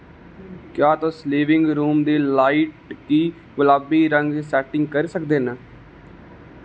क्या तुस living room दी लाइट गी गुलाबी रंग सैट्टिंग करी सकदे न